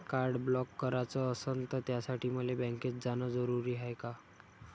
Card block कराच असनं त त्यासाठी मले बँकेत जानं जरुरी हाय का?